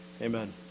Amen